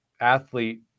athlete